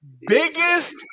biggest